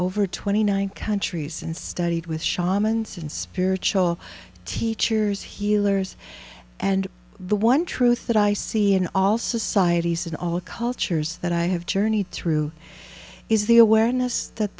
over twenty nine countries and studied with schama nse and spiritual teachers healers and the one truth that i see in all societies and all cultures that i have journeyed through is the awareness that